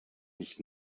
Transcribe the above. nicht